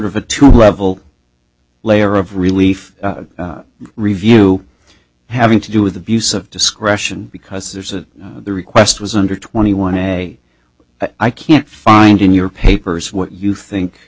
of a two level layer of relief review having to do with abuse of discretion because there's a the request was under twenty one a i can't find in your papers what you think